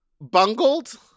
bungled